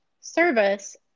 service